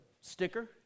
Sticker